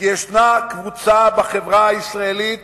כי יש קבוצה בחברה הישראלית